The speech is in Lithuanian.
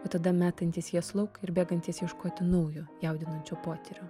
o tada metantys jas lauk ir bėgantys ieškoti naujo jaudinančio potyrio